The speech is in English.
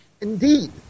Indeed